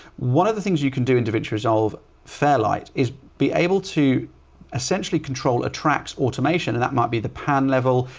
one of the things you can do individually resolve fairlight is be able to essentially control attracts automation. and that might be the pan level.